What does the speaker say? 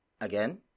Again